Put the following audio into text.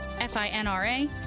FINRA